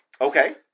Okay